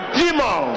demon